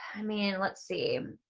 i mean let's see.